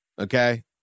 Okay